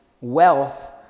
wealth